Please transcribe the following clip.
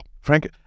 Frank